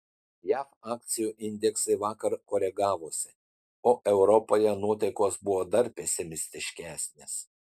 jav akcijų indeksai vakar koregavosi o europoje nuotaikos buvo dar pesimistiškesnės